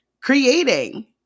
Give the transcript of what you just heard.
creating